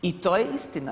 I to je istina.